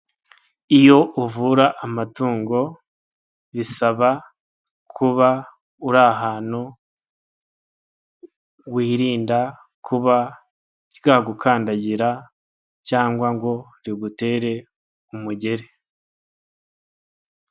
Iyo uvura amatungo bisaba kuba uri ahantu wirinda kuba ryagukandagira cyangwa ngo rigutere umugeri.